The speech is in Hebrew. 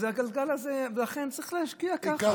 אז הגלגל הזה, ולכן צריך להשקיע ככה.